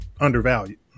undervalued